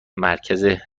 مرکز